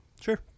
Sure